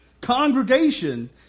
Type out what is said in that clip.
Congregation